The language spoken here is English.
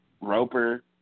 Roper